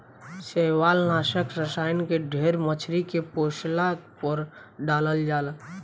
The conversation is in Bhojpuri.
शैवालनाशक रसायन के ढेर मछली पोसला पर डालल जाला